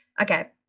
Okay